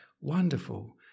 wonderful